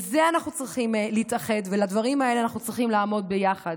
בזה אנחנו צריכים להתאחד ובדברים האלה אנחנו צריכים לעמוד ביחד.